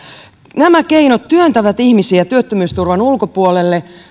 nämä keinot työntävät ihmisiä työttömyysturvan ulkopuolelle